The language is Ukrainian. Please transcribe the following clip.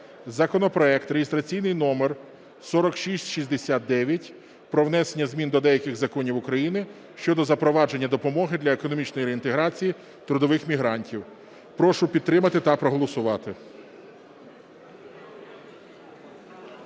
законопроект (реєстраційний номер 4669) про внесення змін до деяких законів України щодо запровадження допомоги для економічної реінтеграції трудових мігрантів. Прошу підтримати та проголосувати.